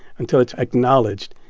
until it's acknowledged.